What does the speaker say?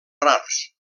rars